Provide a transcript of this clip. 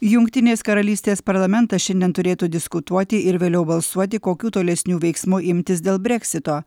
jungtinės karalystės parlamentas šiandien turėtų diskutuoti ir vėliau balsuoti kokių tolesnių veiksmų imtis dėl breksito